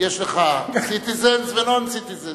יש לךcitizens ו-non citizens.